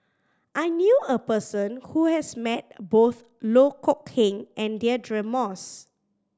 I knew a person who has met both Loh Kok Heng and Deirdre Moss